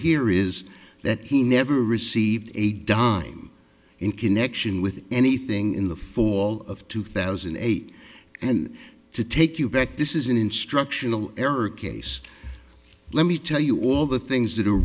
here is that he never received a dime in connection with anything in the fall of two thousand and eight and to take you back this is an instruction eric case let me tell you all the things that are